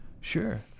Sure